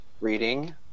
Reading